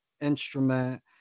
instrument